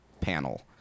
panel